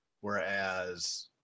whereas